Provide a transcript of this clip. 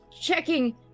checking